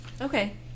Okay